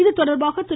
இதுதொடர்பாக திரு